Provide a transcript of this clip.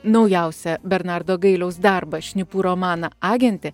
naujausią bernardo gailiaus darbą šnipų romaną agentė